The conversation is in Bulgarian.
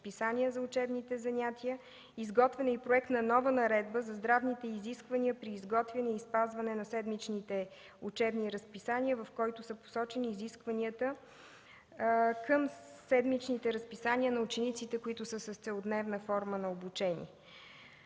за учебните занятия; изготвен е и Проект на нова наредба за здравните изисквания при изготвяне и спазване на седмичните учебни разписания, в който са посочени изискванията към седмичните разписания на учениците, които са с целодневна форма на обучение;